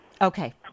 Okay